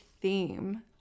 theme